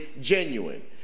genuine